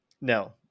no